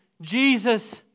Jesus